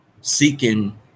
seeking